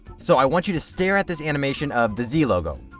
so i want you to stare at this animation of the z logo.